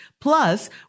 plus